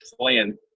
playing